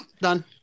Done